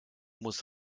muss